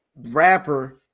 Rapper